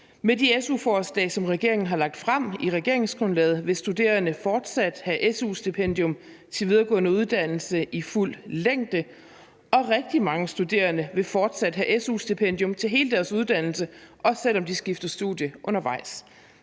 Med de su-forslag, som regeringen har lagt frem i regeringsgrundlaget, vil studerende fortsat have su-stipendium til en videregående uddannelse i fuld længde, og rigtig mange studerende vil fortsat have su-stipendium til hele deres uddannelse, også selv om de skifter studie undervejs.